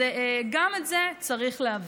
וגם את זה צריך להבין.